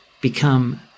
become